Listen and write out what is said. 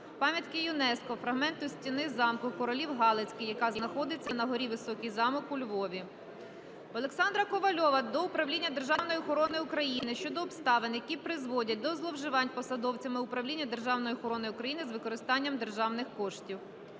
пам’ятки ЮНЕСКО – фрагменту стіни замку королів Галицьких, яка знаходиться на горі Високий Замок у Львові. Олександра Ковальова до Управління державної охорони України щодо обставин які призводять до зловживань посадовцями Управління державної охорони України з використання державних коштів.